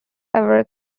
ever